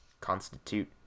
constitute